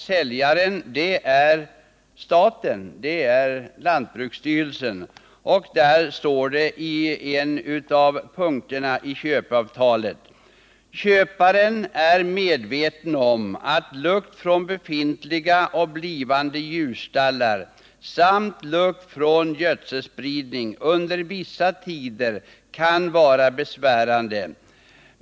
Säljaren är staten, lantbruksstyrelsen. I köpeavtalet står det under en av punkterna: Köparen är medveten om att lukt från befintliga och blivande djurstallar samt lukt från gödselspridning under vissa tider kan vara besvärande.